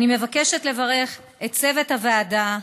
אני מבקשת לברך את צוות הוועדה,